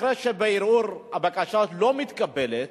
אחרי שבערעור הבקשה לא מתקבלת,